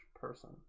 person